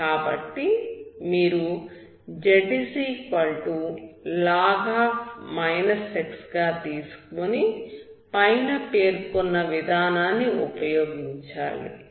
కాబట్టి మీరు zlog⁡ గా తీసుకొని పైన పేర్కొన్న విధానాన్ని ఉపయోగించాలి